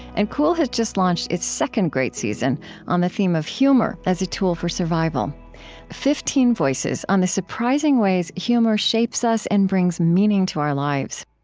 and cool has just launched its second great season on the theme of humor as a tool for survival fifteen voices on the surprising ways humor shapes us and brings meaning to our lives